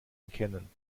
erkennen